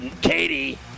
Katie